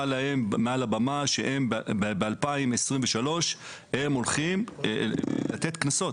להם מעל הבמה שב-2023 הם הולכים לתת קנסות.